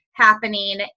happening